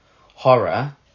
horror